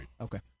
Okay